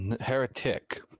Heretic